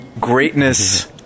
Greatness